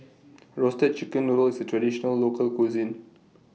Roasted Chicken Noodle IS A Traditional Local Cuisine